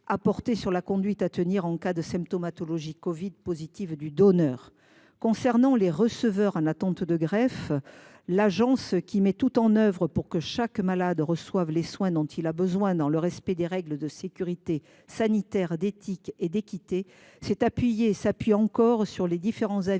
porté sur la conduite à tenir en cas de symptomatologie covid positive du donneur. Concernant les receveurs en attente de greffe, l’Agence, qui met tout en œuvre pour que chaque malade reçoive les soins nécessaires, dans le respect des règles de sécurité sanitaire, d’éthique et d’équité, s’est appuyée et s’appuie encore sur les différents avis